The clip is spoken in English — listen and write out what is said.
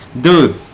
dude